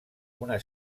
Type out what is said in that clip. una